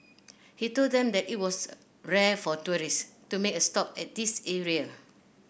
he told them that it was rare for tourists to make a stop at this area